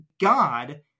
God